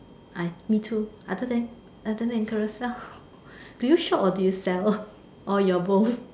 I me too other than other than Carousell do you shop or you sell or you are both